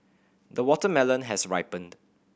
the watermelon has ripened